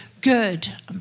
good